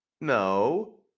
No